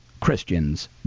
Christians